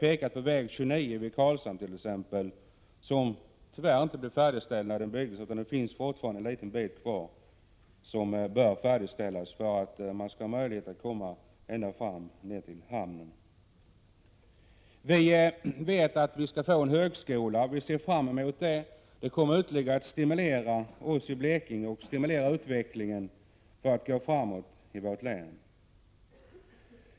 pekat på väg 29 vid Karlshamn, som tyvärr inte blev färdigställd när den byggdes; det är fortfarande en liten bit kvar som bör färdigställas för att man skall ha möjlighet att komma ända ned till hamnen. Vi skall få en högskola, och det ser vi fram mot. Det kommer att stimulera utvecklingen i Blekinge och medföra framsteg.